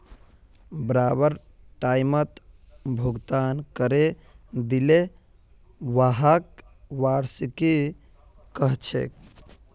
बराबर टाइमत भुगतान करे दिले व्हाक वार्षिकी कहछेक